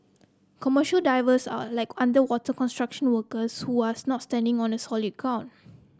commercial divers are like underwater construction workers who was not standing on solid